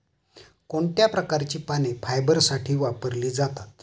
कोणत्या प्रकारची पाने फायबरसाठी वापरली जातात?